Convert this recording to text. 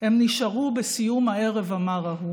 הם נשארו בסיום הערב המר ההוא.